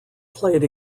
played